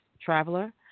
Traveler